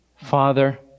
Father